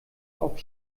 auf